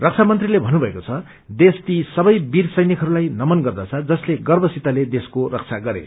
रक्षामंत्रीले भन्नुषएको छ देश ती सवै वीर सैनिकहरूलाई नमन गर्दछ जसले गर्वसितले देशको रक्षा गरे